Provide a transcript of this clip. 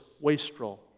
wastrel